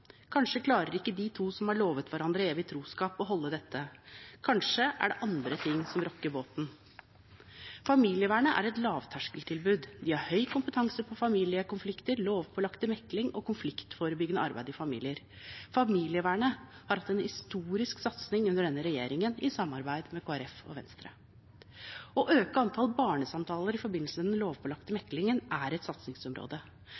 Kanskje klarer ikke de to som har lovte hverandre evig troskap, å holde dette, eller kanskje er det andre ting som rokker båten. Familievernet er et lavterskeltilbud. De har høy kompetanse på familiekonflikter, lovpålagt mekling og konfliktforebyggende arbeid i familier. Familievernet har hatt en historisk satsing under denne regjeringen i samarbeid med Kristelig Folkeparti og Venstre. Å øke antallet barnesamtaler i forbindelse med den lovpålagte